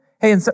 Hey